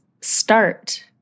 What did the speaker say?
start